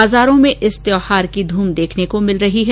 बाजारों में इस त्यौहार की धूम देखने को मिल रही है